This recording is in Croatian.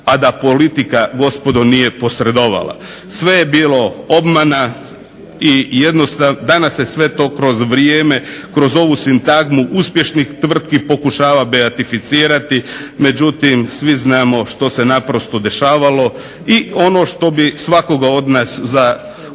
a da politika gospodo nije posredovala. Sve je bilo obmana i danas se sve to kroz vrijeme, kroz ovu sintagmu uspješnih tvrtki pokušava beatificirati međutim svi znamo što se dešavalo. I ono što bi svakoga od nas u